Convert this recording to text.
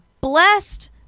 blessed